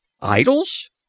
Idols